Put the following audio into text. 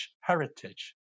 heritage